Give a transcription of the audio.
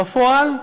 בפועל,